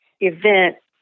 event